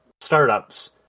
startups